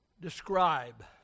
describe